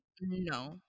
No